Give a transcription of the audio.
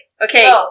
okay